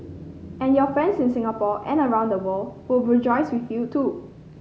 and your friends in Singapore and around the world will rejoice with you too